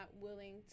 willing